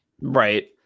Right